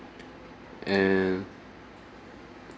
and